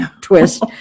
twist